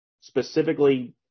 specifically